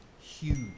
huge